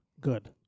good